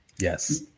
Yes